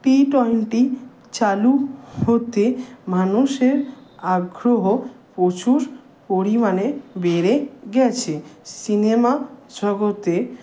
টি twenty চালু হতে মানুষের আগ্রহ প্রচুর পরিমাণে বেড়ে গেছে সিনেমা জগতে